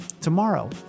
Tomorrow